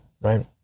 right